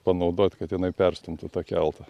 panaudot kad jinai perstumtų tą keltą